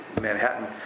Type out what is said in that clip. Manhattan